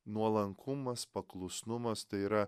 nuolankumas paklusnumas tai yra